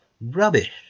rubbish